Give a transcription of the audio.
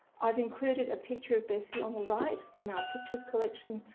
i've included a picture of bessie on the right from our pictures collection,